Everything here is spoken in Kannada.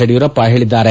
ಯೆಡಿಯೂರಪ್ಪ ಹೇಳಿದ್ದಾರೆ